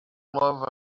love